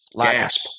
gasp